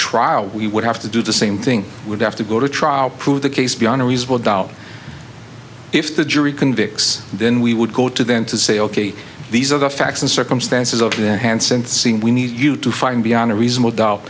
trial we would have to do the same thing would have to go to trial prove the case beyond a reasonable doubt if the jury convicts then we would go to them to say ok these are the facts and circumstances of their hand since we need you to find beyond a reasonable doubt